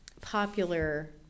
popular